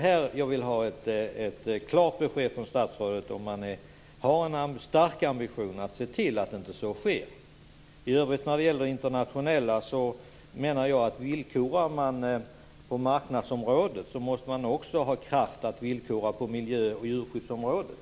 Här vill jag ha ett klart besked från statsrådet om man har en stark ambition att se till att så inte sker. När det i övrigt gäller det internationella menar jag att om man villkorar på marknadsområdet måste man också ha kraft att villkora på miljö och djurskyddsområdet.